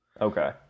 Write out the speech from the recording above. okay